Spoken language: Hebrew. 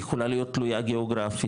היא יכולה להיות תלויה גאוגרפית,